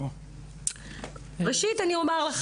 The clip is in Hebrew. ראשית אומר,